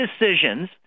decisions